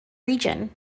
region